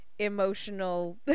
emotional